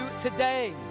today